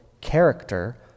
character